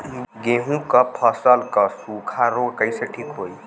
गेहूँक फसल क सूखा ऱोग कईसे ठीक होई?